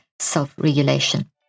self-regulation